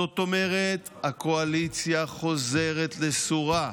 זאת אומרת, הקואליציה חוזרת לסורה.